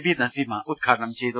B Naseema ഉദ്ഘാടനം ചെയ്തു